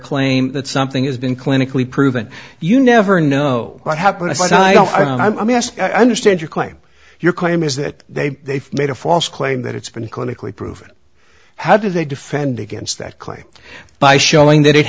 claim that something has been clinically proven you never know what happened i don't i mean ask i understand your claim your claim is that they they've made a false claim that it's been clinically proven how do they defend against that claim by showing that it